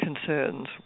concerns